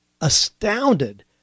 astounded